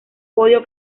podio